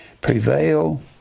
prevail